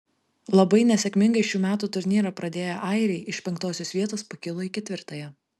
labai nesėkmingai šių metų turnyrą pradėję airiai iš penktosios vietos pakilo į ketvirtąją